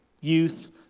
youth